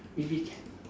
maybe can